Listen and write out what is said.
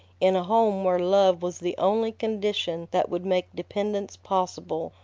in a home where love was the only condition that would make dependence possible,